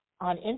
on